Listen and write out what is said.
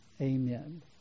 amen